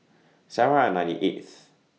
seven and ninety eighth